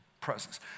presence